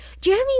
Jeremy